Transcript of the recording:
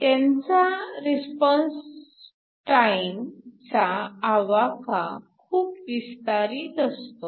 त्यांचा रिस्पॉन्स टाइमचा आवाका खूप विस्तारित असतो